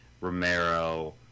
Romero